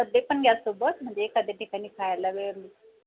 सद्देपण घ्या सोबत म्हणजे एकाद्या ठिकाणी खायला वेळ म